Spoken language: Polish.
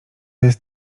jest